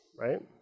right